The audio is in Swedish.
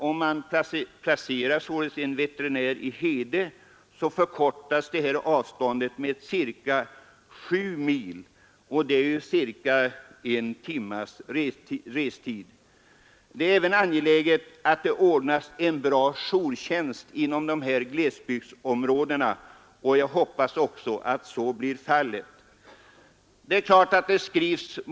Om man placerar en veterinär i Hede förkortas det nämnda avståndet med ca 7 mil, eller ungefär en timmes restid. Det är även angeläget att det ordnas en bra jourtjänst i de här glesbygdsområdena, och jag hoppas att så blir fallet.